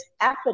effort